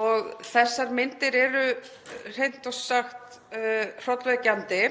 og þessar myndir eru hreint út sagt hrollvekjandi.